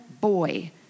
boy